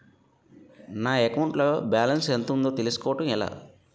నా అకౌంట్ లో బాలన్స్ ఎంత ఉందో తెలుసుకోవటం ఎలా?